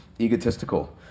egotistical